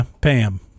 Pam